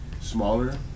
smaller